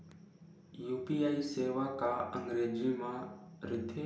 UPI सेवा का अंग्रेजी मा रहीथे?